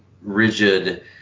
rigid